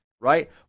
right